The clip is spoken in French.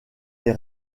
les